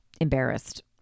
embarrassed